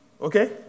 Okay